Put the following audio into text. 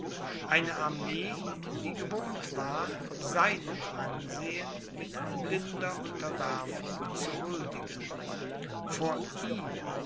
eine armee die gewohnt war seinem ansehen mit blinder unterwerfung zu huldigen vor ihm